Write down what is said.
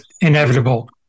inevitable